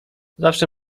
zawsze